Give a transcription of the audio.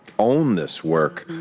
own this work,